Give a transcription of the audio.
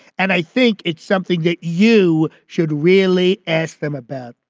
and i think it's something that you should really ask them about.